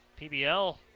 PBL